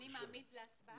אדוני מעמיד להצבעה?